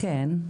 כן.